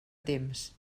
temps